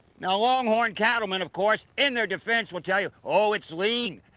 now, longhorn cattlemen of course, in their defence will tell you, oh, it's lean,